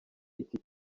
iki